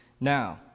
Now